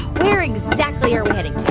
where exactly are we heading to?